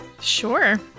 Sure